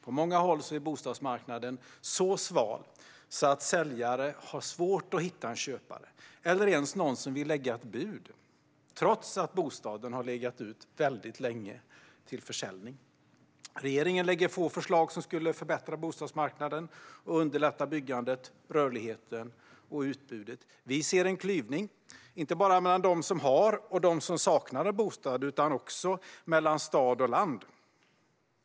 På många håll är tvärtom bostadsmarknaden så sval att säljare har svårt att hitta en köpare eller ens någon som vill lägga ett bud, trots att bostaden har legat ute till försäljning länge. Regeringen lägger fram få förslag som skulle förbättra bostadsmarknaden och underlätta byggandet, rörligheten och utbudet. Vi ser en klyvning inte bara mellan dem som har och dem som saknar en bostad utan också mellan stad och land.